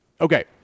Okay